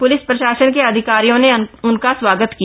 police प्रशासन के अधिकारियों ने उनका स्वागत किया